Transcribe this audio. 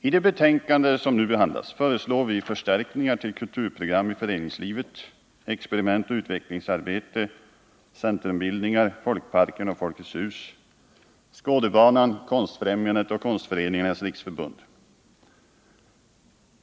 I det betänkande som nu behandlas föreslår vi förstärkningar till kulturprogram i föreningslivet, experimentoch utvecklingsarbete, centrumbildningar, Folkparksoch Folkets hus-rörelserna, Skådebanan, Konstfrämjandet och Konstföreningarnas riksförbund.